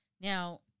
Now